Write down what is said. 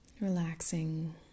Relaxing